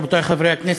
רבותי חברי הכנסת,